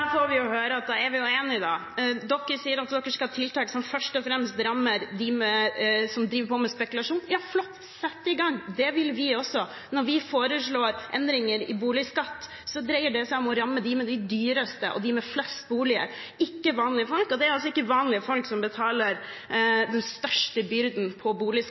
får vi jo høre at vi er enige. Man sier at man skal ha tiltak som først og fremst rammer dem som driver med spekulasjon. Flott, sett i gang! Det vil vi også. Når vi foreslår endringer i boligskatten, dreier det seg om å ramme dem med de dyreste boligene og dem med flest boliger, ikke vanlige folk. Det er ikke vanlige folk som har den største byrden